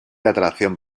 atracción